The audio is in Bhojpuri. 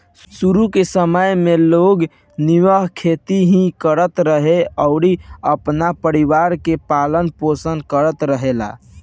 शुरू के समय में लोग निर्वाह खेती ही करत रहे अउरी अपना परिवार के पालन पोषण करत रहले